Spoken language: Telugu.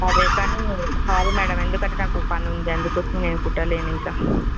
అదే కానీ చాలు మ్యాడం ఎందుకంటే నాకు పని ఉంది అందుకోసమే నేను కుట్టలేను ఇంకా